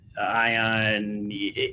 ion